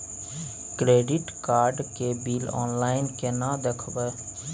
Credit card के bill online केना देखबय?